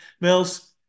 Mills